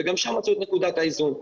וגם שם מצאו את נקודת האיזון.